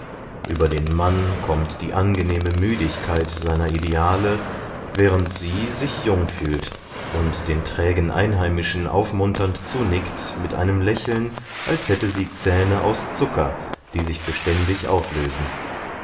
über den mann kommt die angenehme müdigkeit seiner ideale während sie sich jung fühlt und den trägen einheimischen aufmunternd zunickt mit einem lächeln als hätte sie zähne aus zucker die sich beständig auflösen